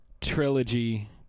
trilogy